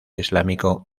islámico